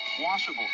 washable